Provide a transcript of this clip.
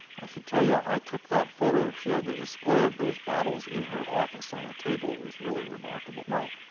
i should tell you, i took that photo she had the display of those bottles in her office on a table. it was really remarkable. right.